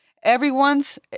everyone's